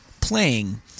playing